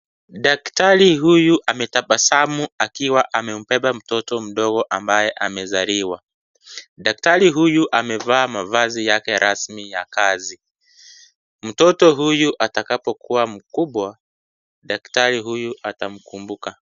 Daktari huyu ametabasamu akiwa amebeba mtoto mdogo ambaye amezaliwa. Daktrai huyu ameva mavazi yake rasmi ya kazi Mtoto huyu atakapo kua mkubwa daktari huyu atamkumbuka.